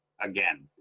again